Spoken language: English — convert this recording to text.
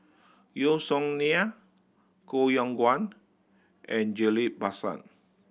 Yeo Song Nian Koh Yong Guan and Ghillie Basan